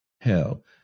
Hell